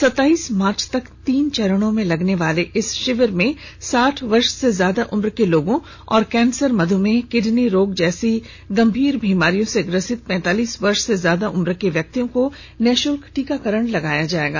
सताईस मार्च तक तीन चरणों में लगने वाले इस शिविर में साठ वर्ष से ज्यादा उम्र के लोगों और कैंसर मधमेह किडनी रोग जैरी गंभीर बीमारियों से ग्रसित पैंतालीस वर्ष से ज्यादा उम्र के व्यक्तियों को निःशुल्क टीका लगाया जाएगा